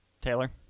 Taylor